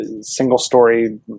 single-story